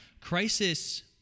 Crisis